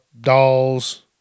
dolls